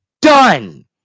Done